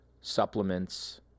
supplements